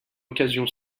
occasion